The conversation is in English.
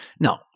No